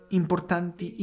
importanti